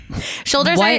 shoulders